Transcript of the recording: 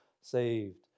saved